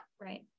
Right